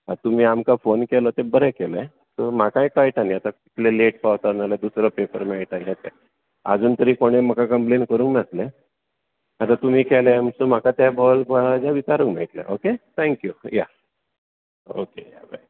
तुमी आमकां फोन केलो तें बरें केलें सो म्हाकाय कळटा न्ही आतां कितले लेट पावता नाजाल्यार दुसरो पेपर मेळटालें ते आजून तरी कोणें म्हाका कम्प्लेन करूंक नासलें आतां तुमी केलो म्हणटकूच म्हाका त्या बोवाळान कोणाकूय विचारूंक मेळटलें ओके थँक्यू या ओके या बाय